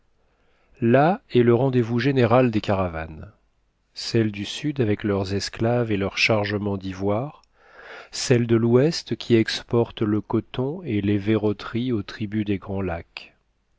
là est le rendez-vous général des caravanes celles du sud avec leurs esclaves et leurs chargements d'ivoire celles de l'ouest qui exportent le coton et les verroteries aux tribus des grands lacs